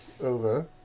over